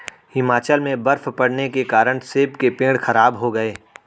हिमाचल में बर्फ़ पड़ने के कारण सेब के पेड़ खराब हो गए